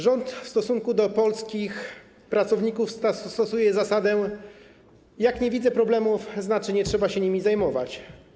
Rząd w stosunku do polskich pracowników stosuje zasadę: jak nie widzę problemów, to znaczy, że nie trzeba się nimi zajmować.